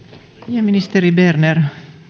ministeri berner